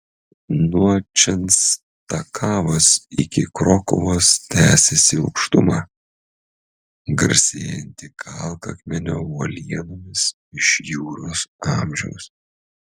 nuo čenstakavos iki krokuvos tęsiasi aukštuma garsėjanti kalkakmenio uolienomis iš juros amžiaus